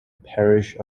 parish